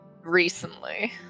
recently